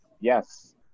Yes